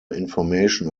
information